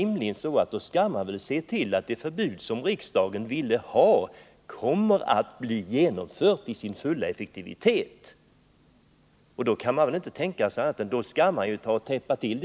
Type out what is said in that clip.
Men då skall man väl se till att det förbud riksdagen ville ha blir genomfört och får full effekt; det hålet skall täppas till.